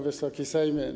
Wysoki Sejmie!